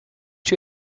two